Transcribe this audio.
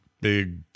big